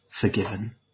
forgiven